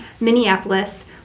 Minneapolis